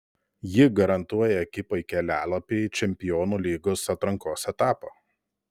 ji garantuoja ekipai kelialapį į čempionų lygos atrankos etapą